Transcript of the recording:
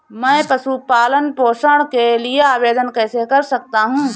मैं पशु पालन पोषण के लिए आवेदन कैसे कर सकता हूँ?